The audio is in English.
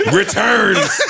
returns